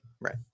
Right